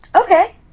Okay